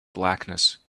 blackness